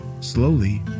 slowly